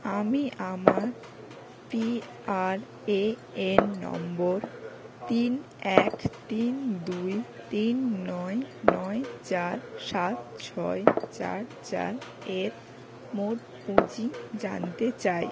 আমি আমার PRAN number তিন এক তিন দুই তিন নয় নয় চার সাত ছয় চার চার এর মোট পুঁজি জানতে চাই